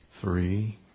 Three